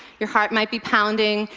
your heart might be pounding,